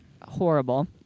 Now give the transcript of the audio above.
horrible